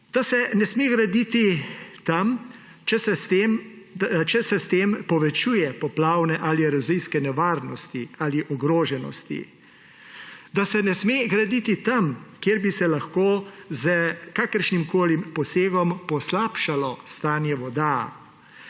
Da se ne sme graditi tam, če se s tem povečujejo poplavne ali erozijske nevarnosti ali ogroženosti. Da se ne sme graditi tam, kjer bi se lahko s kakršnimkoli posegom poslabšalo stanje voda,